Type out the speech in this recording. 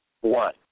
one